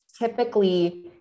typically